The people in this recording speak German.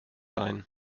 ein